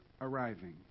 arriving